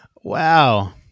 Wow